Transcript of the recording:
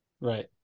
Right